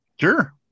Sure